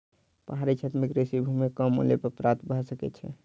पहाड़ी क्षेत्र में कृषि भूमि कम मूल्य पर प्राप्त भ सकै छै